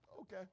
okay